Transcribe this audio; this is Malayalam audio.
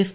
എഫ്